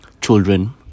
children